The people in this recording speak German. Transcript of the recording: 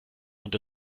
und